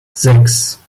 sechs